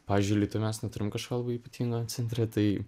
pavyzdžiui alytuj mes neturim kažko labai ypatingo centre tai